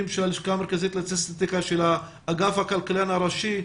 של הלשכה המרכזית לסטטיסטיקה של אגף הכלכלן הראשי.